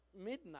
midnight